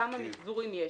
מיחזורים יש.